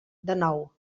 dènou